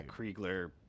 Kriegler